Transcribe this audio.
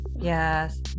yes